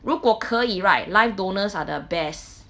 如果可以 right live donors are the best